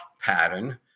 pattern